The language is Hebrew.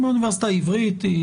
מהאוניברסיטה העברית.